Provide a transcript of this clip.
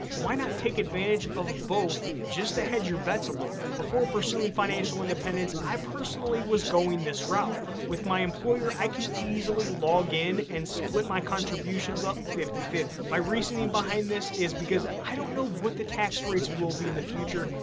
why not take advantage of both, just to hedge your bets a little bit? before pursuing financial independence, i personally was going this route. with my employer, i can easily log in and split my contributions up fifty fifty. my reasoning behind this is because, i don't know what the tax rates will be in the future,